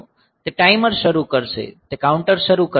તે ટાઈમર શરૂ કરશે તે કાઉન્ટર શરૂ કરશે અને A TL0 મૂવ કરશે